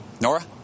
Nora